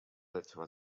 little